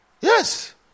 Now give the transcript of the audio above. Yes